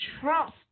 Trust